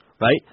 right